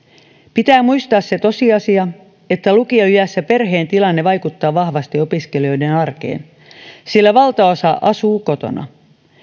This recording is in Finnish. pitää muistaa se tosiasia että lukioiässä perheen tilanne vaikuttaa vahvasti opiskelijoiden arkeen sillä valtaosa asuu kotona